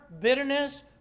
bitterness